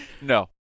No